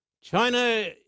China